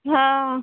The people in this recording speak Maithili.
हँ